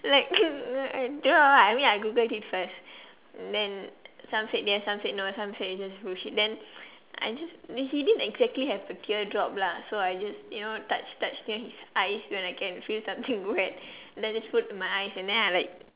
like like !duh! I mean I googled it first then some said yes some said no some say it's just bullshit then I just he didn't exactly have a tear drop lah so I just you know touch touch near his eyes when I can feel something wet then just put on my eyes and then I like